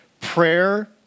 Prayer